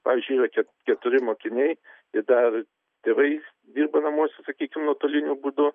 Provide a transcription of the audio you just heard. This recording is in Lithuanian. pavyzdžiui yra keturi mokiniai ir dar tėvai dirba namuose sakykim nuotoliniu būdu